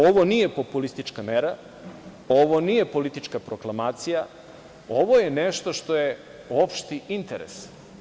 Ovo nije populistička mera, ovo nije politička proklamacija, ovo je nešto što je opšti interes.